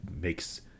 makes